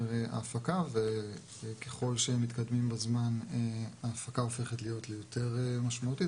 ההפקה וככל שמתקדמים בזמן ההפקה הופכת להיות יותר משמעותית.